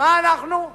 ומה אנחנו?